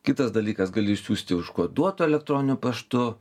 kitas dalykas gali išsiųsti užkoduotu elektroniniu paštu